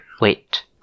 Wait